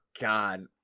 God